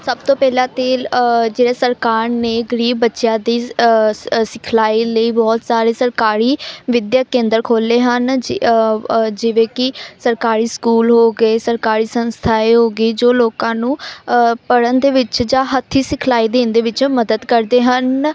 ਸਭ ਤੋਂ ਪਹਿਲਾਂ ਤਾਂ ਜਿਹੜੇ ਸਰਕਾਰ ਨੇ ਗਰੀਬ ਬੱਚਿਆਂ ਦੀ ਸਿਖਲਾਈ ਲਈ ਬਹੁਤ ਸਾਰੇ ਸਰਕਾਰੀ ਵਿੱਦਿਅਕ ਕੇਂਦਰ ਖੋਲ੍ਹੇ ਹਨ ਜਿ ਜਿਵੇਂ ਕਿ ਸਰਕਾਰੀ ਸਕੂਲ ਹੋ ਗਏ ਸਰਕਾਰੀ ਸੰਸਥਾ ਹੈ ਹੋ ਗਈ ਜੋ ਲੋਕਾਂ ਨੂੰ ਪੜ੍ਹਨ ਦੇ ਵਿੱਚ ਜਾਂ ਹੱਥੀਂ ਸਿਖਲਾਈ ਦੇਣ ਦੇ ਵਿੱਚ ਮਦਦ ਕਰਦੇ ਹਨ